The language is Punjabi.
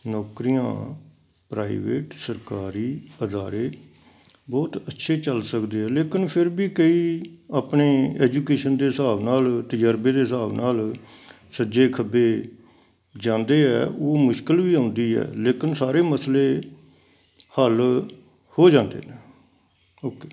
ਨੌਕਰੀਆਂ ਪ੍ਰਾਈਵੇਟ ਸਰਕਾਰੀ ਅਦਾਰੇ ਬਹੁਤ ਅੱਛੇ ਚੱਲ ਸਕਦੇ ਹੈ ਲੇਕਿਨ ਫਿਰ ਵੀ ਕਈ ਆਪਣੇ ਐਜੂਕੇਸ਼ਨ ਦੇ ਹਿਸਾਬ ਨਾਲ ਤਜਰਬੇ ਦੇ ਹਿਸਾਬ ਨਾਲ ਸੱਜੇ ਖੱਬੇ ਜਾਂਦੇ ਹੈ ਉਹ ਮੁਸ਼ਕਿਲ ਵੀ ਆਉਂਦੀ ਹੈ ਲੇਕਿਨ ਸਾਰੇ ਮਸਲੇ ਹੱਲ ਹੋ ਜਾਂਦੇ ਨੇ ਓਕੇ